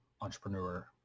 entrepreneur